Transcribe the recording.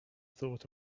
thought